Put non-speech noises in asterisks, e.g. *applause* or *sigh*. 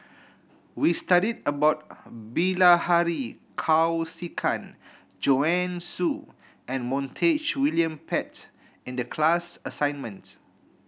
we studied about *noise* Bilahari Kausikan Joanne Soo and Montague William Pett in the class assignment